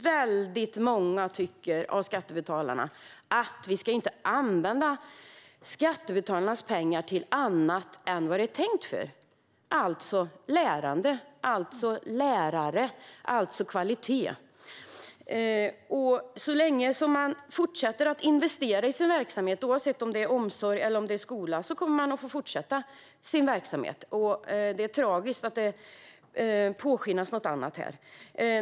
Vi är många skattebetalare som inte tycker att vi ska använda skattebetalarnas pengar till annat än vad de är tänkta för, nämligen lärande, lärare och kvalitet. Så länge man fortsätter att investera i sin verksamhet, oavsett om det är omsorg eller skola, kommer man att få fortsätta med den. Det är tragiskt att ledamöter försöker påskina något annat här.